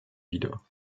wieder